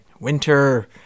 Winter